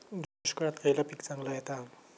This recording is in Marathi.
दुष्काळात खयला पीक चांगला येता?